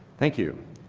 thank you.